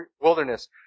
wilderness